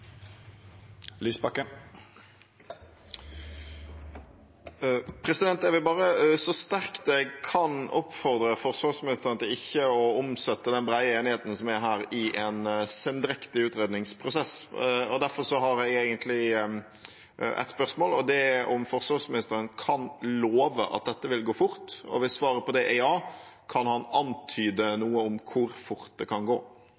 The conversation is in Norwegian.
Jeg vil bare så sterkt jeg kan, oppfordre forsvarsministeren til ikke å omsette den brede enigheten som er her, i en sendrektig utredningsprosess. Derfor har jeg egentlig ett spørsmål, og det er om forsvarsministeren kan love at dette vil gå fort. Og hvis svaret på det er ja, kan han antyde noe om hvor fort det kan gå?